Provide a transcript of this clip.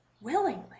willingly